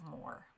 more